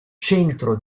centro